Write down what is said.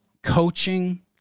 Coaching